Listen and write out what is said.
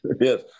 Yes